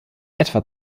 etwa